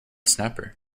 snapper